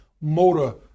motor